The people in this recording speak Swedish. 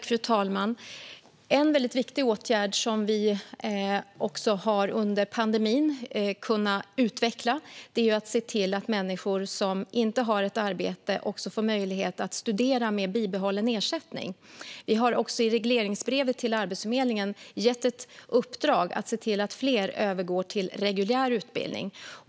Fru talman! En väldigt viktig åtgärd som vi har kunnat utveckla under pandemin är att människor som inte har ett arbete får möjlighet att studera med bibehållen ersättning. Vi har också i regleringsbrevet till Arbetsförmedlingen gett ett uppdrag att se till att fler övergår till reguljär utbildning.